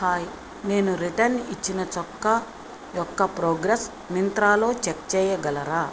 hi నేను return ఇచ్చిన చొక్కా యొక్క ప్రోగ్రెస్ మింత్రాలో చెక్ చేయగలరా